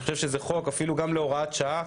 אני חושב שזה חוק שיכול להיות אפילו בהוראת שעה,